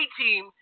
team